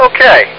Okay